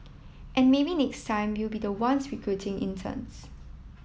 and maybe next time we'll be the ones recruiting interns